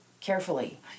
Carefully